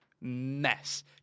mess